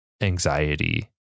anxiety